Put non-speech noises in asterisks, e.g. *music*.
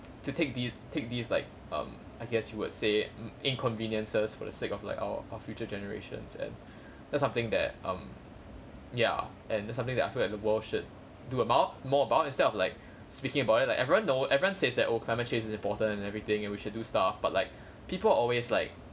to take the~ take these like um I guess you would say *noise* inconveniences for the sake of like our our future generations and that's something that um ya and there's something that I feel like the world should do about more about instead of like speaking about it like everyone know everyone says that oh climate change is important and everything and we should do stuff but like people always like